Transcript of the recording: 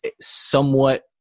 somewhat